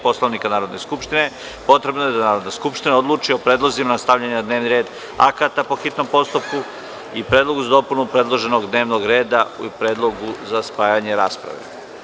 Poslovnika Narodne skupštine, potrebno je da Narodna skupština odluči o predlozima za stavljanje na dnevni red akata po hitnom postupku, predlogu za dopunu predloženog dnevnog reda i predlogu za spajanje rasprave.